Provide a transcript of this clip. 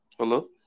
Hello